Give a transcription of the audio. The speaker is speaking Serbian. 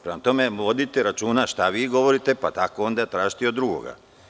Prema tome, vodite računa šta vi govorite, pa tako onda tražite i od drugoga.